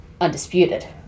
undisputed